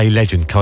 legend